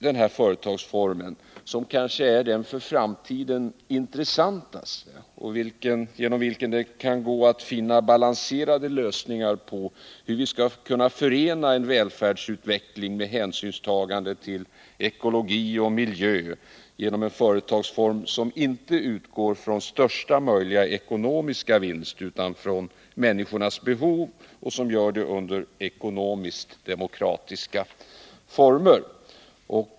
Denna företagsform är kanske den för framtiden intressantaste — det kan genom den gå att finna balanserade lösningar på hur vi skall kunna förena en välfärdsutveckling med hänsynstagande till ekologi och miljö. Det är en företagsform som inte utgår från största möjliga ekonomiska vinst utan från människornas behov och som gör det under ekonomiskt demokratiska former.